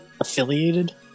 Affiliated